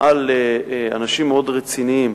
על אנשים מאוד רציניים,